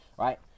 Right